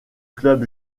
club